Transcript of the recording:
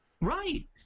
Right